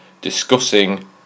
discussing